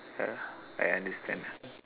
ya I understand ah